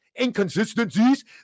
Inconsistencies